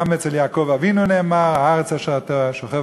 גם אצל יעקב אבינו נאמר: "הארץ אשר אתה שֹכב